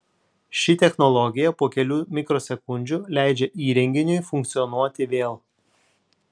ši technologija po kelių mikrosekundžių leidžia įrenginiui funkcionuoti vėl